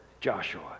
Joshua